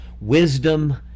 wisdom